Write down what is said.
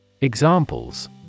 Examples